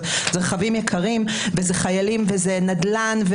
וזה נדל"ן.